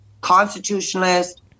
constitutionalist